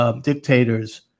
Dictators